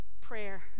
prayer